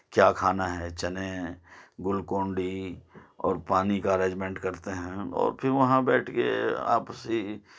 کیا کھانا ہے چنے ہیں گولکونڈی اور پانی کا اریجمنٹ کرتے ہیں اور پھر وہاں بیٹھ کے آپسی